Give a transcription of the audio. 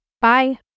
Bye